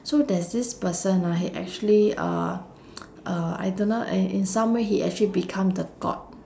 so there's this person ah he actually uh uh I don't know in in some way he actually become the god